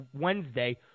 Wednesday